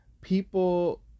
people